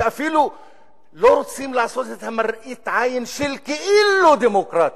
שאפילו לא רוצים לעשות את מראית העין של כאילו דמוקרטיה.